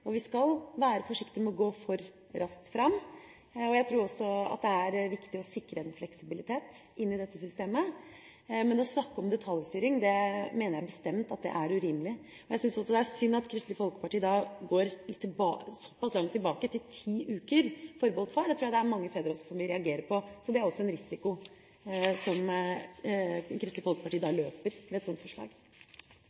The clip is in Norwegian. Vi skal være forsiktig med å gå for raskt fram. Jeg tror at det er viktig å sikre en fleksibilitet i dette systemet, men å snakke om detaljstyring mener jeg bestemt er urimelig. Jeg syns det er synd at Kristelig Folkeparti går såpass langt tilbake som til ti uker forbeholdt far. Det tror jeg det også er mange fedre som vil reagere på. Det er en risiko som Kristelig Folkeparti